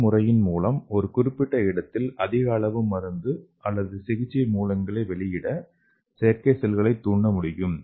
இந்த முறையின் மூலம் ஒரு குறிப்பிட்ட இடத்தில் அதிக அளவு மருந்துகள் அல்லது சிகிச்சை மூலக்கூறுகளை வெளியிட செயற்கை செல்களை தூண்ட முடியும்